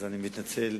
אני מתנצל